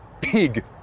pig